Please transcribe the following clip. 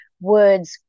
words